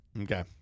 Okay